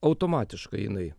automatiškai jinai